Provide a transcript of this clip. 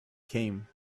came